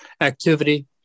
activity